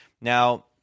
Now